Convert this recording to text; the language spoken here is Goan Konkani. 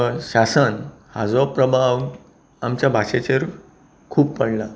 शासन हाचो प्रभाव आमच्या भाशेचेर खूब वाडला